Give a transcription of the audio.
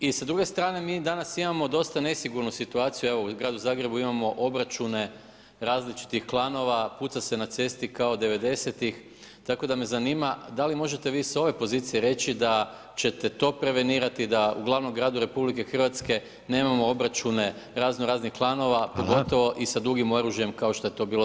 I sa druge strane mi danas imamo dosta nesigurnu situaciju evo u Gradu Zagrebu imamo obračune različitih klanova, puca se na cesti kao 90-tih, tako da me zanima da li možete vi sa ove pozicije reći da ćete to prevenirati da u glavnom gradu Republike Hrvatske nemamo obračune razno raznih klanova pogotovo i sa dugim oružjem kao što to bilo sada slučaj?